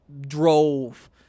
drove